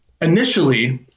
initially